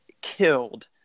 killed